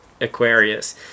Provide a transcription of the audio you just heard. Aquarius